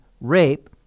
rape